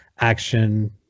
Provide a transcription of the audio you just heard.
action